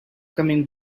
coming